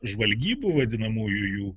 žvalgybų vadinamųjų jų